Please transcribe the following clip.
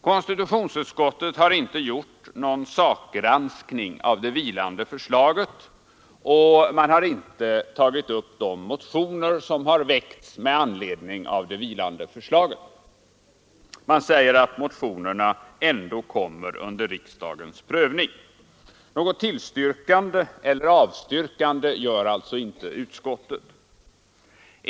Konstitutionsutskottet har inte gjort någon sakgranskning av det vilande förslaget, och man har inte tagit upp de motioner som väckts med anledning av det vilande förslaget. Man säger att motionerna ändå kommer under riksdagens prövning. Något tillstyrkande eller avstyrkande gör alltså inte utskottet.